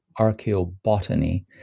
archaeobotany